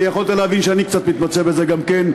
ויכולת להבין שאני מתמצא בזה גם כן,